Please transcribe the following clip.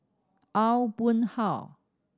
Aw Boon Haw